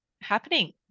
happening